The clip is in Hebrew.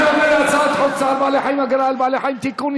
אני עובר להצעת חוק צער בעלי חיים (הגנה על בעלי חיים) (תיקון,